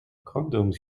condoms